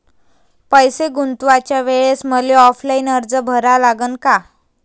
पैसे गुंतवाच्या वेळेसं मले ऑफलाईन अर्ज भरा लागन का?